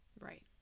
right